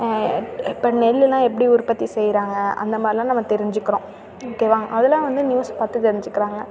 இப்போ நெல்லெலாம் எப்படி உற்பத்தி செய்கிறாங்க அந்த மாதிரிலாம் நம்ம தெரிஞ்சுக்கிறோம் ஓகேவா அதெல்லாம் வந்து நியூஸ் பார்த்து தெரிஞ்சுக்கிறாங்க